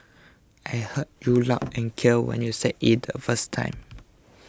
I heard you loud and clear when you said it the first time